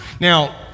Now